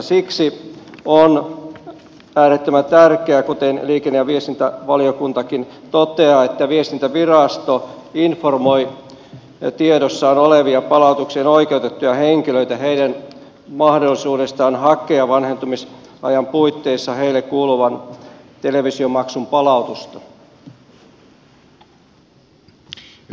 siksi on äärettömän tärkeää kuten liikenne ja viestintävaliokuntakin toteaa että viestintävirasto informoi tiedossaan olevia palautuksiin oikeutettuja henkilöitä heidän mahdollisuudestaan hakea vanhentumisajan puitteissa heille kuuluvaa televisiomaksun palautusta